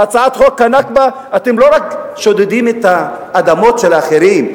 בהצעת חוק ה"נכבה" אתם לא רק שודדים את האדמות של אחרים,